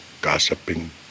gossiping